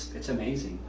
it's amazing.